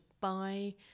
buy